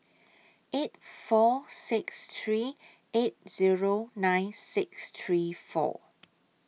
eight four six three eight Zero nine six three four